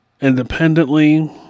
independently